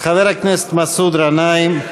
חבר הכנסת מסעוד גנאים.